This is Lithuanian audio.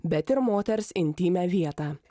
bet ir moters intymią vietą